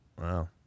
Wow